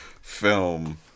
film